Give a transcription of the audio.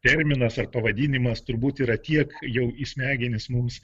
terminas ar pavadinimas turbūt yra tiek jau į smegenis mums